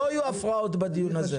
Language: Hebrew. לא יהיו הפרעות בדיון הזה.